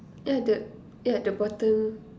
yeah the yeah the bottom